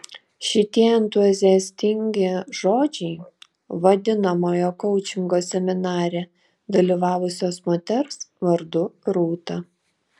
šitie entuziastingi žodžiai vadinamojo koučingo seminare dalyvavusios moters vardu rūta